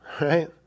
right